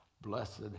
Blessed